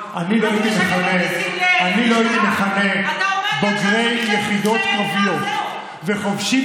אני לא הייתי מכנה בוגרי יחידות קרביות וחובשים